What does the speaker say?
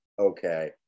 Okay